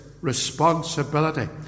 responsibility